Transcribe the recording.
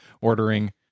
ordering